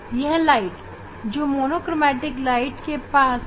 यह प्रकाश मोनोक्रोमेटिक प्रकाश है